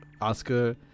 Oscar